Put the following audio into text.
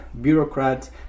bureaucrats